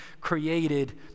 created